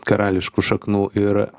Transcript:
karališkų šaknų ir